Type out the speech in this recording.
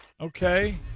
Okay